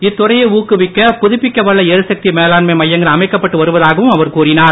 இத்துறையை ஊக்குவிக்க புதுப்பிக்கவல்ல எரிசக்தி மேலாண்மை மையங்கள் அமைக்கப்பட்டு வருவதாகவும் அவர் கூறினார்